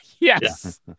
Yes